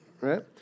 Right